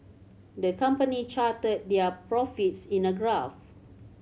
the company charted their profits in a graph